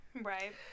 Right